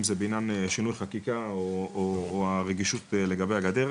זה בעניין שינוי חקיקה או רגישות לגבי הגדר.